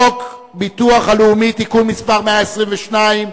חוק הביטוח הלאומי (תיקון מס' 122),